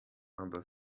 aber